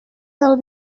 del